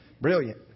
Brilliant